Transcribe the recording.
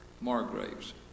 Margraves